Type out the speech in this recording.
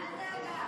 אל דאגה.